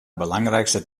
belangrijkste